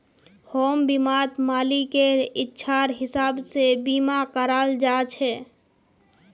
home बीमात मालिकेर इच्छार हिसाब से बीमा कराल जा छे